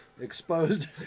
exposed